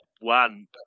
one